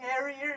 areas